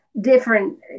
different